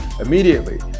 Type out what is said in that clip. immediately